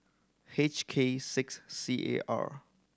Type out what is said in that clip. H K six C A R